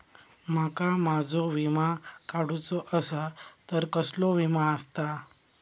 माका माझो विमा काडुचो असा तर कसलो विमा आस्ता?